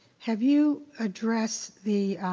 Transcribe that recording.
have you addressed the,